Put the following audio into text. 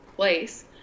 Place